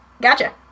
Gotcha